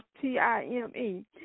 T-I-M-E